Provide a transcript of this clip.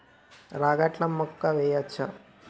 రాగట్ల మక్కా వెయ్యచ్చా?